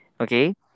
okay